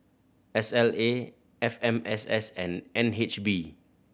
S L A F M S S and N H B